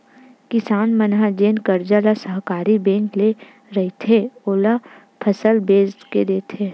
किसान मन ह जेन करजा ल सहकारी बेंक ले रहिथे, ओला फसल बेच के देथे